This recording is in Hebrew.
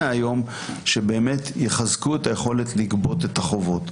היום שבאמת יחזקו את היכולת לגבות את החובות.